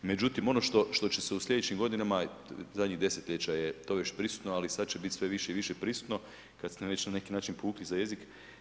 Međutim, ono što će se u sljedećim godinama zadnjih desetljeća je to već prisutno, ali sad će biti sve više i više prisutno kad ste me već na neki način povukli za jezik.